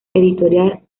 editorial